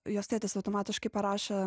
jos tėtis automatiškai parašė